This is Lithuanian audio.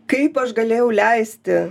kaip aš galėjau leisti